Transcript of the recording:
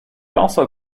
also